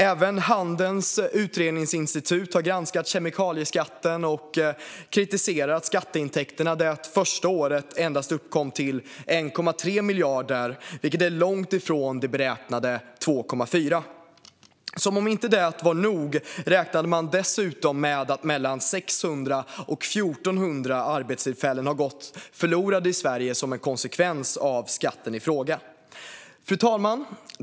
Även Handelns Utredningsinstitut har granskat kemikalieskatten och kritiserat skatteintäkterna, som det första året endast uppgick till 1,3 miljarder. Det är långt ifrån de beräknade 2,4 miljarderna. Som om inte detta vore nog räknar man dessutom med att mellan 600 och 1 400 arbetstillfällen har gått förlorade i Sverige som en konsekvens av skatten i fråga. Fru talman!